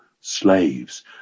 slaves